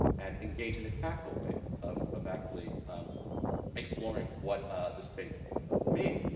and engage in a tactful way of of actually exploring what the state mean.